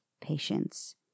patience